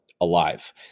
Alive